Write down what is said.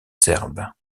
serbe